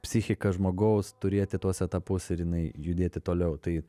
psichika žmogaus turėti tuos etapus ir jinai judėti toliau tai